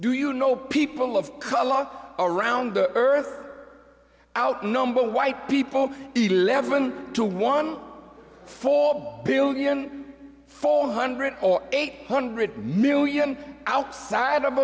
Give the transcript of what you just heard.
do you know people of color law around the earth outnumber white people eat eleven to one form billion four hundred or eight hundred million outside of